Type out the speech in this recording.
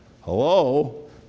hello